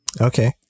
Okay